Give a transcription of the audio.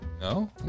No